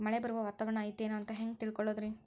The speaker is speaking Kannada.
ಮಳೆ ಬರುವ ವಾತಾವರಣ ಐತೇನು ಅಂತ ಹೆಂಗ್ ತಿಳುಕೊಳ್ಳೋದು ರಿ?